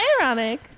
ironic